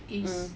mm